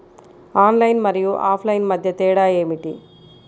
Online మరియు offline మధ్య తేడా ఏమిటీ?